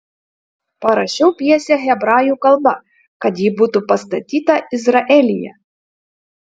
parašiau pjesę hebrajų kalba kad ji būtų pastatyta izraelyje